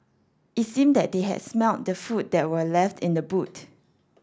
it seemed that they had smelt the food that were left in the boot